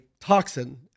toxin